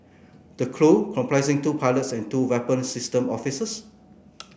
the crew comprising two pilots and two weapon system officers